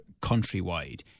countrywide